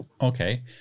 Okay